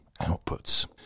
outputs